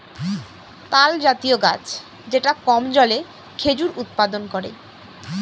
তালজাতীয় গাছ যেটা কম জলে খেজুর উৎপাদন করে